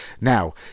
Now